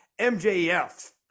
MJF